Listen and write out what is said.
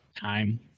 time